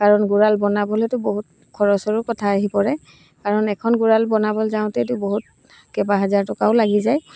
কাৰণ গঁৰাল বনাবলৈতো বহুত খৰচৰো কথা আহি পৰে কাৰণ এখন গঁৰাল বনাবলৈ যাওঁতেতো বহুত কেইবা হাজাৰ টকাও লাগি যায়